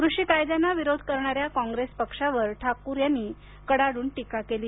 कृषी कायद्यांना विरोध करणाऱ्या काँग्रेस पक्षावर ठाकूर यांनी कडाडून टीका केली